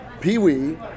Pee-wee